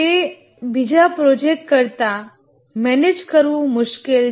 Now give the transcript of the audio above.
તે બીજા પ્રોજેક્ટ કરતા મેનેજ કરવું ખૂબ મુશ્કેલ છે